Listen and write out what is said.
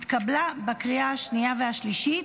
התקבלה בקריאה השנייה והשלישית,